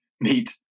meet